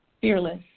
fearless